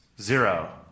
Zero